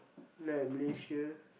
like Malaysia